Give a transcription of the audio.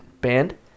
band